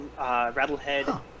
Rattlehead